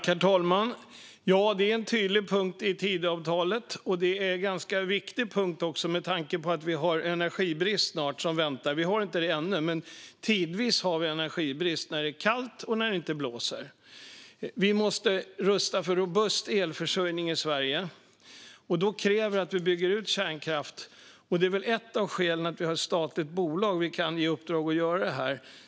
Herr talman! Detta är en tydlig punkt i Tidöavtalet, och det är också en ganska viktig punkt med tanke på att vi snart har energibrist som väntar. Vi har det inte ännu, förutom tidvis, när det är kallt och när det inte blåser. Vi måste rusta för robust elförsörjning i Sverige. Då krävs det att vi bygger ut kärnkraft, och det är ett av skälen till att vi har ett statligt bolag vi kan ge i uppdrag att göra detta.